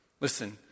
Listen